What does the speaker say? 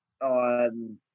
on